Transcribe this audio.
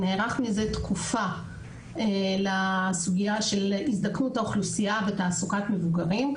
נערך מזה תקופה לסוגיה של הזדקנות האוכלוסייה ותעסוקת מבוגרים.